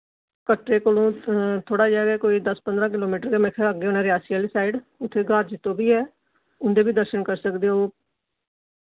कटरे कोलों थोह्ड़ा देया गै कोई दस पंदरा किलोमीटर गै मेरे खयाल अग्गे होना रेआसी आह्ली साइड उत्थे गार जित्तो वी ऐ उंदे वी दर्शन करी सकदे ओ